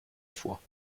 vor